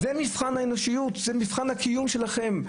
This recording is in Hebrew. זה מבחן האנושיות, זה מבחן הקיום שלכם.